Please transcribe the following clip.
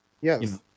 Yes